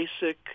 basic